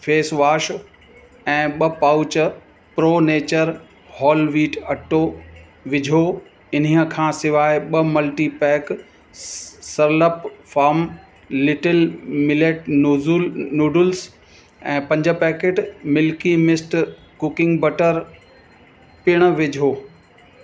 face wash ऐं ॿ pouch Pro Nature whole wheat अटो विझो इन्हीअ खां सवाइ ॿ मल्टीपैक स सलप फ़ार्म लिटिल मिलेट नूज़ूल नूडूल्स ऐं पंज packet Milky Mist cooking butter पिणि विझो